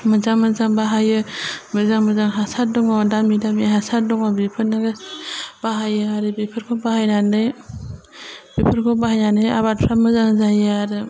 मोजां मोजां बाहायो मोजां मोजां हासार दङ दामि दामि हासार दङ बिफोरनो बाहायो आरो बिफोरखौ बाहायनानै बिफोरखौ बाहायनानै आबादफ्रा मोजां जायो आरो